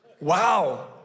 Wow